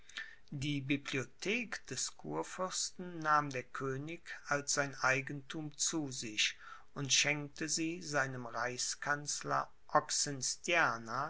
die bibliothek des kurfürsten nahm der könig als sein eigenthum zu sich und schenkte sie seinem reichskanzler